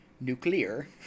Nuclear